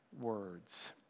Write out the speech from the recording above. words